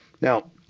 now